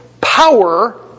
power